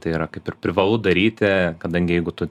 tai yra kaip ir privalu daryti kadangi jeigu tu